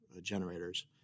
generators